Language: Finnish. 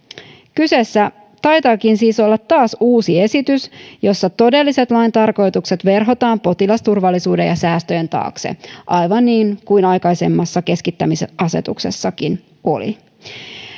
kyseessä taitaakin siis olla taas uusi esitys jossa lain todelliset tarkoitukset verhotaan potilasturvallisuuden ja säästöjen taakse aivan niin kuin aikaisemmassa keskittämisasetuksessakin oli